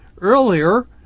earlier